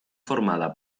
formada